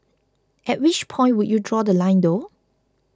at which point would you draw The Line though